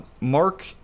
Mark